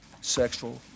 sexual